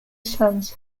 sons